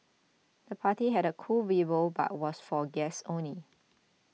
the party had a cool vibe but was for guests only